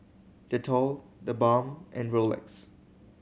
Dettol TheBalm and Rolex